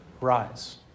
rise